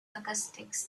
acoustics